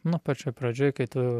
nu pačioj pradžioj kai tų